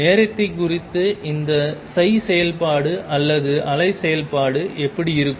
நேரத்தை குறித்து இந்த செயல்பாடு அல்லது அலை செயல்பாடு எப்படி இருக்கும்